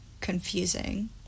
confusing